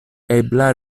ebla